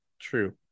true